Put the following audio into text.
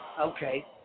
Okay